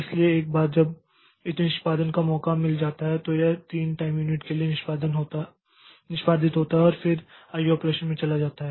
इसलिए एक बार जब इसे निष्पादन का मौका मिल जाता है तो यह 3 टाइम यूनिट के लिए निष्पादित होता है और फिर यह आईओ ऑपरेशन में चला जाता है